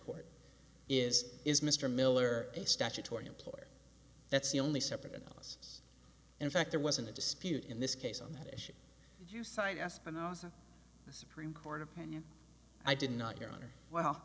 court is is mr miller a statutory employer that's the only separate us in fact there wasn't a dispute in this case on that issue you cite espinosa the supreme court opinion i did not your honor well